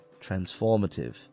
transformative